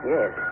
Yes